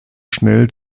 schnell